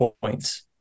points